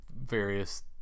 various